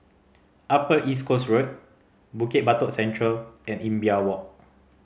Upper East Coast Road Bukit Batok Central and Imbiah Walk